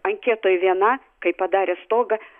anketoj viena kai padarė stogą